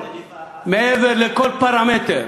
מעבר לכל פרמטר.